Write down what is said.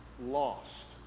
lost